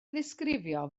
ddisgrifio